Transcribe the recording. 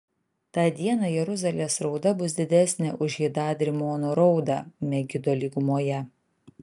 tą dieną jeruzalės rauda bus didesnė už hadad rimono raudą megido lygumoje